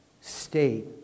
state